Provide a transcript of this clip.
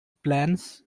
plans